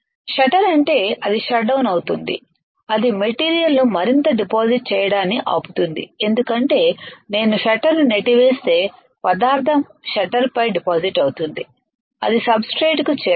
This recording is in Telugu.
షట్టర్ అంటే అది షట్ డౌన్ అవుతుంది అది మెటీరియల్ను మరింత డిపాజిట్ చేయడాన్ని ఆపుతుంది ఎందుకంటే నేను షట్టర్ను నెట్టివేస్తే పదార్థం షట్టర్పై డిపాజిట్ అవుతుంది అది సబ్స్ట్రేట్కు చేరదు